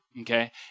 okay